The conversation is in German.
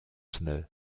schnell